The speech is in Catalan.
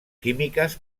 químiques